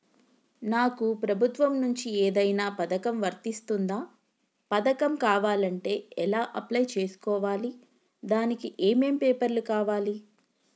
నాకు ప్రభుత్వం నుంచి ఏదైనా పథకం వర్తిస్తుందా? పథకం కావాలంటే ఎలా అప్లై చేసుకోవాలి? దానికి ఏమేం పేపర్లు కావాలి?